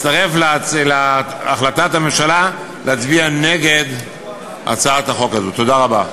הדברים נכונים גם לגבי